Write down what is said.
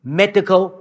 medical